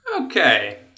Okay